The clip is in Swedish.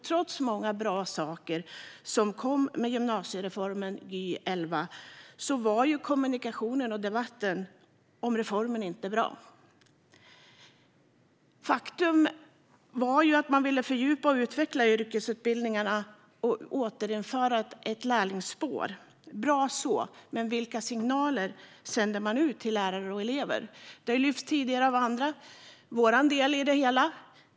Trots många bra saker som kom med gymnasiereformen Gy 2011 var kommunikationen och debatten om reformen inte bra. Faktum var att man ville fördjupa och utveckla yrkesutbildningarna och återinföra ett lärlingsspår. Bra så, men vilka signaler sände man ut till lärare och elever? Detta har tidigare tagits upp av andra talare från vår sida.